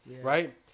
Right